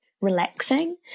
relaxing